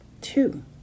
Two